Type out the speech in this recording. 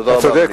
תודה רבה.